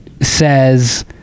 says